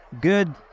good